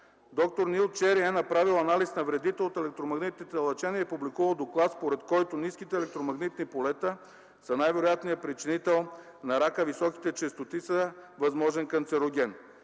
г. д-р Нил Чери е направил анализ на вредите от електромагнитните лъчения и публикува доклад, според който ниските електромагнитни полета са най-вероятният причинител на рака, а високите честоти са възможен канцероген.